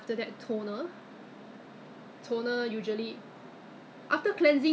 我已经忘了你跟我讲什么东西了请你重新跟我讲过 tell me all over again ah